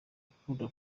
ikunda